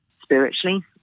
spiritually